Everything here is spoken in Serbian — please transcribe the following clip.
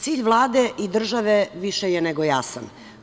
Cilj Vlade i države više je nego jasan.